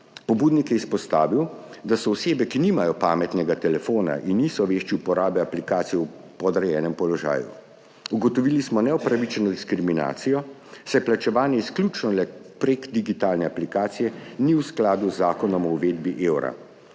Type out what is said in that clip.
Pobudnik je izpostavil, da so osebe, ki nimajo pametnega telefona in niso vešče uporabe aplikacije, v podrejenem položaju. Ugotovili smo neupravičeno diskriminacijo, saj plačevanje izključno le prek digitalne aplikacije ni v skladu z Zakonom o uvedbi eura.